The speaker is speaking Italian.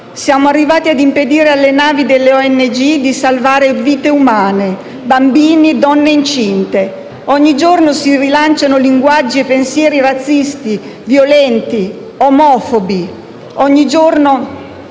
Siamo arrivati ad impedire alle navi delle ONG di salvare vite umane, bambini e donne incinte. Ogni giorno si rilanciano linguaggi e pensieri razzisti, violenti, omofobi. Ogni giorno